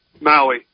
Maui